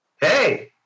hey-